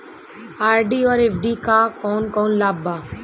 RD और FD क कौन कौन लाभ बा?